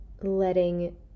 letting